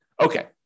Okay